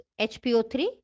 HPO3